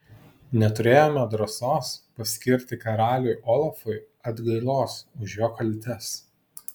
neturėjome drąsos paskirti karaliui olafui atgailos už jo kaltes